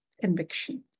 conviction